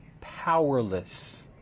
powerless